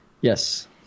Yes